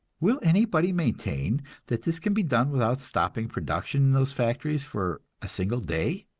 will anybody maintain that this can be done without stopping production in those factories for a single day?